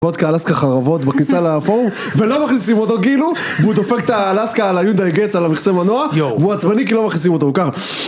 וודקה אלסקה חרבות בכניסה לפורום, ולא מכניסים אותו כאילו, והוא דופק את האלסקה על היונדאי גץ על המכסה מנוע והוא עצבני כי לא מכניסים אותו הוא ככה